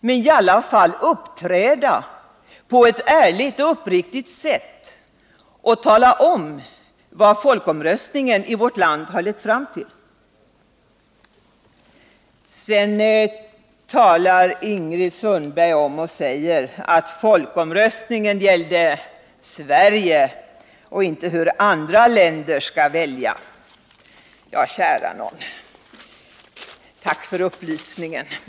Sverige bör uppträda på ett ärligt och uppriktigt sätt och tala om vad folkomröstningen i vårt land har lett fram till. Sedan talar Ingrid Sundberg om att folkomröstningen gällde Sverige och inte hur andra länder skall välja energi. Kära nån! Tack för upplysningen.